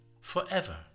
forever